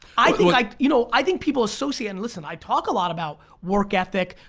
i like you know i think people associate and listen, i talk a lot about work ethic,